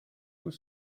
tout